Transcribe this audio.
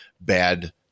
bad